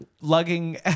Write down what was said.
lugging